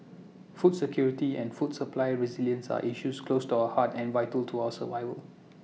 food security and food supply resilience are issues close to our hearts and vital to our survival